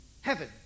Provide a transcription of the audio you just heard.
Heaven